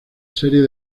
series